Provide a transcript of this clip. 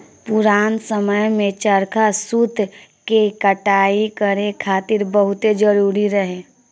पुरान समय में चरखा सूत के कटाई करे खातिर बहुते जरुरी रहे